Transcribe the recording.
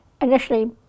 initially